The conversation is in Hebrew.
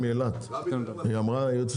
פעם שעברה אמרו